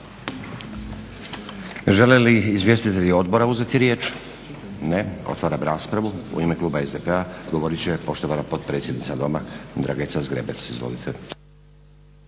Žele li izvjestitelji odbora uzeti riječ? Ne. Otvaram raspravu. U ime kluba SDP-a govorit će poštovana potpredsjednica Doma Dragica Zgrebec. Izvolite.